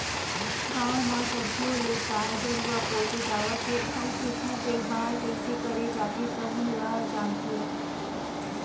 गाँव म सदियों ले गाय गरूवा पोसे जावत हे अउ एखर देखभाल कइसे करे जाथे तउन ल जानथे